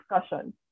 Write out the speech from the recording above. discussion